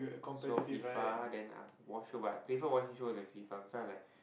so FIFA then uh watch shows but i prefer watching shows than FIFA i find like